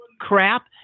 crap